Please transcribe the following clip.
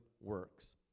works